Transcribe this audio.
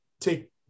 take